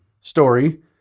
story